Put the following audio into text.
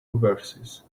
verses